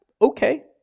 okay